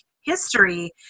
history